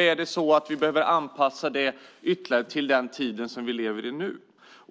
Är det så att vi behöver anpassa dem ytterligare till den tid vi lever i nu?